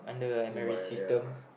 humai~ ya